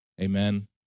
Amen